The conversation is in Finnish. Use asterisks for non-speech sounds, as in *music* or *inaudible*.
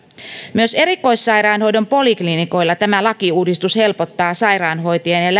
myös erikoissairaanhoidon poliklinikoilla tämä lakiuudistus helpottaa sairaanhoitajien ja ja *unintelligible*